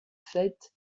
fait